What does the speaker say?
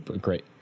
Great